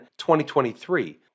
2023